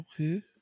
Okay